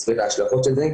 מסביר את ההשלכות של זה.